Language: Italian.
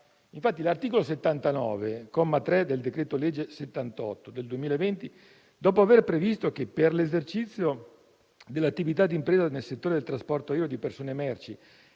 Infatti, l'articolo 79, comma 3 del decreto-legge n. 78 del 2020, dopo aver previsto che per l'esercizio dell'attività di impresa nel settore del trasporto aereo di persone e merci